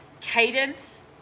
cadence